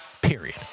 Period